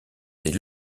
c’est